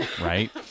right